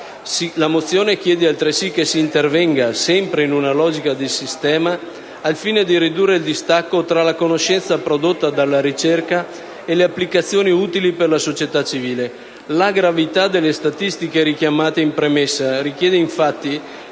la mozione si chiede altresì che si intervenga - sempre in una logica di sistema - al fine di ridurre il distacco tra la conoscenza prodotta dalla ricerca e le applicazioni utili per la società civile. La gravità delle statistiche richiamate in premessa richiede, infatti,